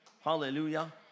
Hallelujah